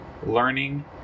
learning